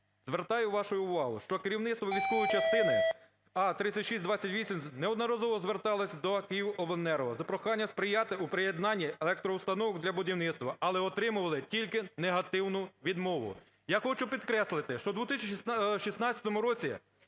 Звертаю вашу увагу, що керівництво військової частини А3628 неодноразово зверталося до Київобленерго з проханням сприяти у приєднанні електроустановок для будівництва, але отримували тільки негативну відмову. Я хочу підкреслити, що у 2016 році